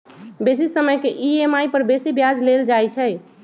बेशी समय के ई.एम.आई पर बेशी ब्याज लेल जाइ छइ